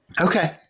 Okay